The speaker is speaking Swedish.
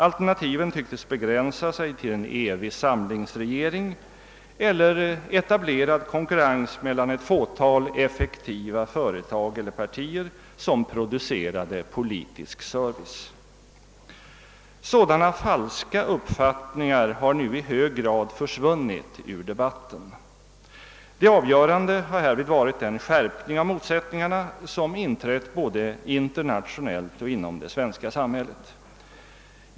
Alternativen tycktes begränsa sig till en evig samlingsregering eller etablerad konkurrens mellan ett fåtal effektiva företag eller partier som producerade politisk service. Sådana falska uppfattningar har nu i hög grad försvunnit ur debatten. Dei avgörande har härvid varit den skärpning av motsättningarna som inträtt både internationellt och inom det svenska samhället.